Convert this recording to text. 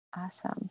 Awesome